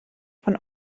von